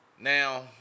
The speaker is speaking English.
Now